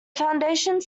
foundations